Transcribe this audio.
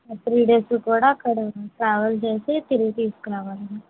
three days కూడా అక్కడ travel చేసి తిరిగి తీసుకురావాలండి